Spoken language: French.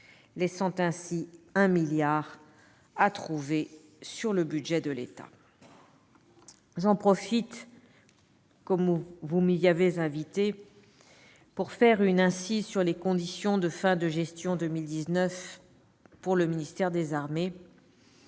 laissant ainsi 1 milliard d'euros à trouver sur le budget de l'État. J'en profite pour faire une incise sur les conditions de fin de gestion 2019 pour le ministère des armées,